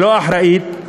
הלא-אחראית,